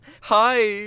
Hi